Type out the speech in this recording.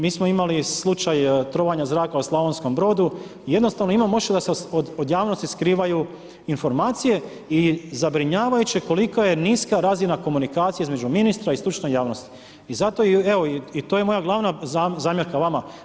Mi smo imali slučaj trovanja u Slavonskom Brodu, jednostavno imam osjećaj da se od javnosti skrivaju informacije i zabrinjavajuće koliko je niska razina komunikacije između ministra i stručne javnosti i zato evo, to je moja glavna zamjerka vama.